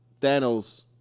Thanos